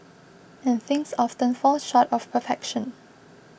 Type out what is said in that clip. and things often fall short of perfection